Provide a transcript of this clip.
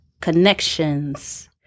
connections